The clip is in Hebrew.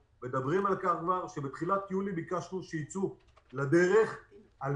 כבר בתחילת יולי ביקשנו שייצאו לדרך על